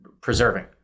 preserving